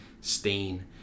stain